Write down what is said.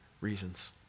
reasons